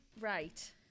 Right